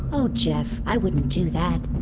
oh geoff, i wouldn't do that